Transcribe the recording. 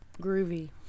Groovy